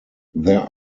there